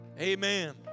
Amen